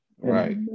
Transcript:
Right